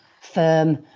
firm